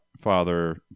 father